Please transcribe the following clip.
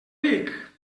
dic